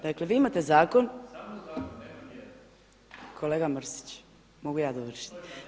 Dakle, vi imate zakon …… [[Upadica sa strane, ne čuje se.]] Kolega Mrsić, mogu ja dovršiti?